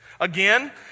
Again